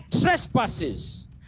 trespasses